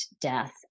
death